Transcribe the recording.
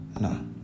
No